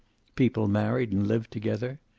people married and lived together.